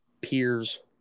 peers